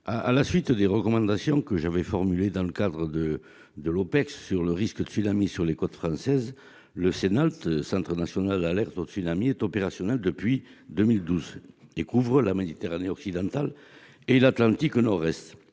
À la suite des recommandations que j'avais formulées dans le cadre de l'Opecst sur le risque tsunami sur les côtes françaises, le Cenalt, le Centre d'alerte aux tsunamis, est opérationnel depuis 2012. Il couvre la Méditerranée occidentale et l'Atlantique Nord-Est.